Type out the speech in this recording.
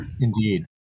Indeed